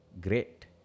great